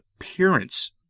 appearance